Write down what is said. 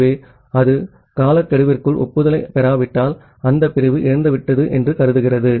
ஆகவே அது காலக்கெடுவிற்குள் ஒப்புதலைப் பெறாவிட்டால் அந்த பிரிவு இழந்துவிட்டது என்று கருதுகிறது